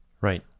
Right